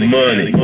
money